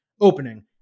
opening